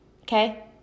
Okay